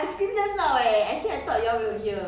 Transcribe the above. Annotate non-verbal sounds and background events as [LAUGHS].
[LAUGHS]